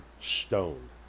STONE